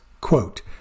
Quote